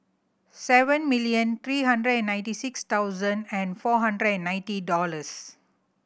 seven million three hundred and ninety six thousand and four hundred and ninety dollars